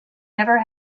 never